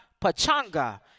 Pachanga